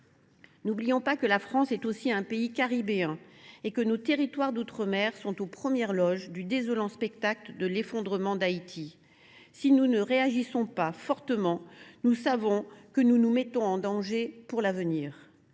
N’oublions pas que la France est aussi un pays caribéen, et que nos territoires d’outre mer sont aux premières loges du désolant spectacle de l’effondrement d’Haïti. Si nous ne réagissons pas fortement, nous savons que nous nous mettons en danger pour l’avenir.